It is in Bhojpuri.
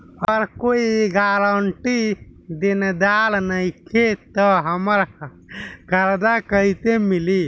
अगर कोई गारंटी देनदार नईखे त हमरा कर्जा कैसे मिली?